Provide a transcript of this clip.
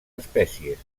espècies